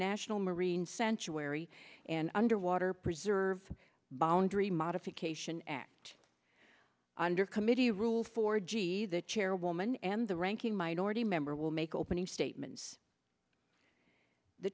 national marine century wary and underwater preserve boundary modification act under committee rules for g the chairwoman and the ranking minority member will make opening statements the